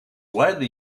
widely